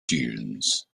dunes